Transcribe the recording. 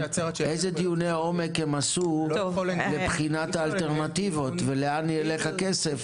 אילו דיוני עומק הם עשו מבחינת האלטרנטיבות לאן ילך הכסף,